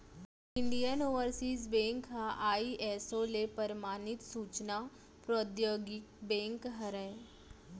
Indian Overseas Bank ह ISO ले परमानित सूचना प्रौद्योगिकी बेंक हरय